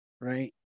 right